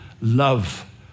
love